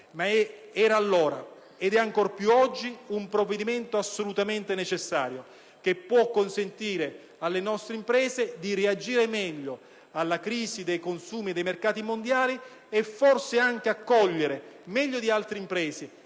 era allora ed è ancor più oggi un provvedimento assolutamente necessario, che può consentire alle nostre imprese di reagire meglio alla crisi dei consumi mondiali e, forse, di cogliere meglio di altre imprese